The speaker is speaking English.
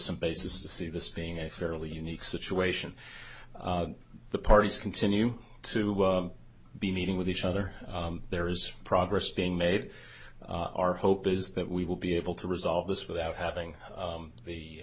some basis to see this being a fairly unique situation the parties continue to be meeting with each other there is progress being made our hope is that we will be able to resolve this without having